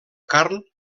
carn